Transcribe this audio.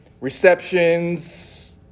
receptions